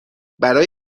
برای